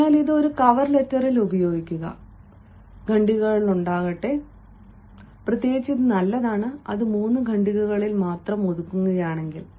അതിനാൽ ഇത് ഒരു കവർ ലെറ്ററിൽ ഉപയോഗിക്കുക ഖണ്ഡികകൾ ഉണ്ടാകട്ടെ പ്രത്യേകിച്ച് ഇത് നല്ലതാണ് അത് 3 ഖണ്ഡികകളിൽ മാത്രം ഒതുങ്ങുകയാണെങ്കിൽ